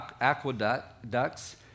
aqueducts